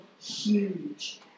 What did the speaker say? huge